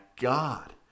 God